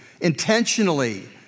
intentionally